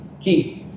Keith